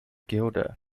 gilder